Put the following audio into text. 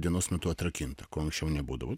dienos metu atrakinta kuo anksčiau nebūdavo